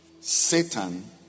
Satan